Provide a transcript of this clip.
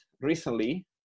recently